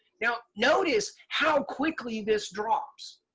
now notice how quickly this drops.